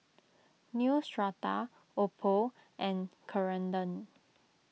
Neostrata Oppo and Ceradan